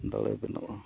ᱫᱟᱲᱮ ᱵᱮᱱᱟᱜᱼᱟ